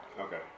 Okay